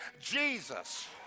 Jesus